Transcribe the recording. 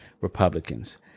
republicans